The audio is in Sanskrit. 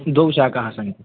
द्वौ शाकौ स्तः